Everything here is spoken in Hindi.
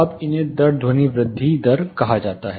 अब इन्हें दर ध्वनि वृद्धि दर कहा जाता है